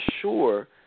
sure